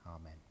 amen